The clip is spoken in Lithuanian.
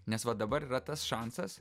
nes va dabar yra tas šansas